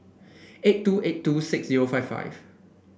eight two eight two six zero five five